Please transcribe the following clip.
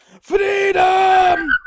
Freedom